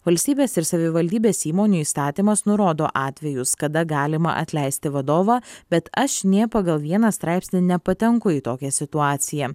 valstybės ir savivaldybės įmonių įstatymas nurodo atvejus kada galima atleisti vadovą bet aš nė pagal vieną straipsnį nepatenku į tokią situaciją